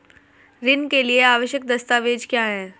ऋण के लिए आवश्यक दस्तावेज क्या हैं?